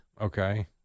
Okay